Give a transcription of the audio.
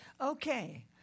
Okay